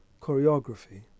choreography